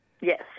Yes